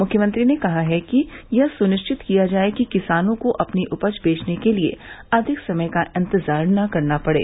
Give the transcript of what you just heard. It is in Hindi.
मुख्यमंत्री ने कहा है कि यह सुनिश्चित किया जाये कि किसानों को अपनी उपज बेचने के लिये अधिक समय का इंतजार न करना पड़े